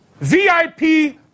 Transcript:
VIP